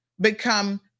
become